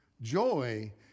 Joy